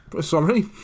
Sorry